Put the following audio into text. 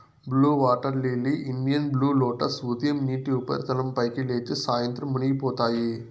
blue water lily, Indian blue lotus ఉదయం నీటి ఉపరితలం పైకి లేచి, సాయంత్రం మునిగిపోతాయి